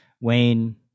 Wayne